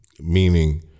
meaning